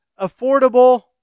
affordable